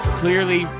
clearly